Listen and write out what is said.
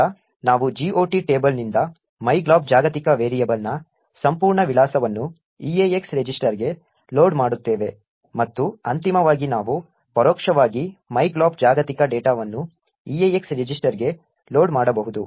ನಂತರ ನಾವು GOT ಟೇಬಲ್ನಿಂದ myglob ಜಾಗತಿಕ ವೇರಿಯೇಬಲ್ನ ಸಂಪೂರ್ಣ ವಿಳಾಸವನ್ನು EAX ರಿಜಿಸ್ಟರ್ಗೆ ಲೋಡ್ ಮಾಡುತ್ತೇವೆ ಮತ್ತು ಅಂತಿಮವಾಗಿ ನಾವು ಪರೋಕ್ಷವಾಗಿ myglob ಜಾಗತಿಕ ಡೇಟಾವನ್ನು EAX ರಿಜಿಸ್ಟರ್ಗೆ ಲೋಡ್ ಮಾಡಬಹುದು